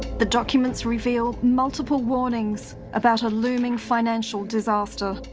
the documents reveal multiple warnings about a looming financial disaster.